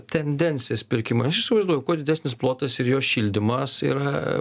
tendencijas pirkimo aš įsivaizduoju kuo didesnis plotas ir jo šildymas yra